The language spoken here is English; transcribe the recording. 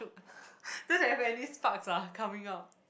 don't have any sparks ah coming out